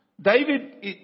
David